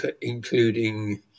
including